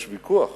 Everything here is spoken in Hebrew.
יש ויכוח